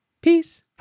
Peace